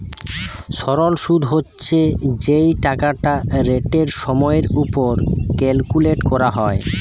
সরল শুদ হচ্ছে যেই টাকাটা রেটের সময়ের উপর ক্যালকুলেট করা হয়